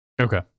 Okay